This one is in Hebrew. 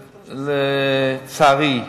לצערי,